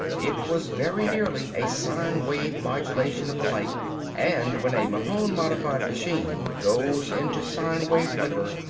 it was very nearly a sine-wave modulation of the light and when a mahon-modified machine goes into sine-wave flicker,